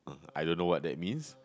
I don't know what that means